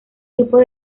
grupos